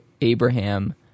Abraham